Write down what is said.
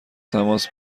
تماس